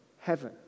heaven